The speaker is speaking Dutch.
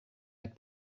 het